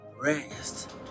Rest